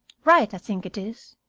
wright, i think it is.